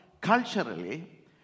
culturally